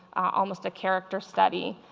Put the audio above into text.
almost a character study.